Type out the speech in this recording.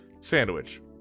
sandwich